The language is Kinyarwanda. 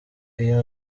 iyo